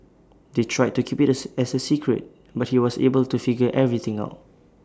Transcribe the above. they tried to keep IT as A secret but he was able to figure everything out